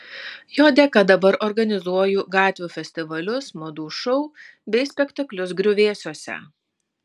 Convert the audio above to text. jo dėka dabar organizuoju gatvių festivalius madų šou bei spektaklius griuvėsiuose